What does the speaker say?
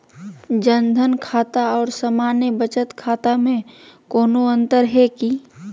जन धन खाता और सामान्य बचत खाता में कोनो अंतर है की?